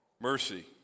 mercy